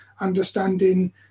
understanding